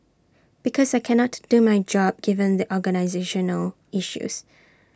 because I cannot do my job given the organisational issues